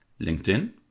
LinkedIn